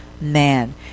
man